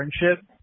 friendship